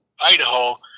Idaho